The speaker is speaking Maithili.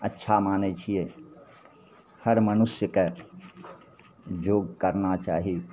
अच्छा मानय छियै हर मनुष्यके योग करना चाही